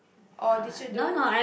or did you do